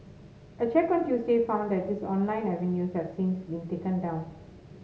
a check on Tuesday found that these online avenues have since been taken down